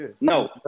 No